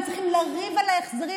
והן צריכות לריב על ההחזרים,